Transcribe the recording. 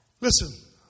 Listen